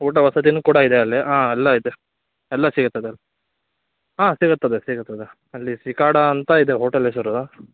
ಊಟ ವಸತಿನು ಕೂಡ ಇದೆ ಅಲ್ಲಿ ಹಾಂ ಎಲ್ಲ ಇದೆ ಎಲ್ಲ ಸಿಗುತ್ತದೆ ಹಾಂ ಸಿಗುತ್ತದೆ ಸಿಗುತ್ತದೆ ಅಲ್ಲಿ ಸಿಕಾಡ ಅಂತ ಇದೆ ಹೋಟೆಲ್ ಹೆಸರು